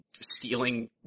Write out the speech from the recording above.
stealing